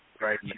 right